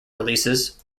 releases